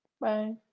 Bye